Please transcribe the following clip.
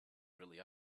really